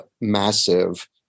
massive